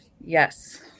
Yes